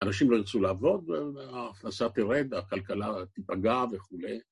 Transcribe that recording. ‫אנשים לא ירצו לעבוד, ‫ההכנסה תרד, הכלכלה תפגע וכו'.